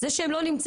זה לא אמור להיות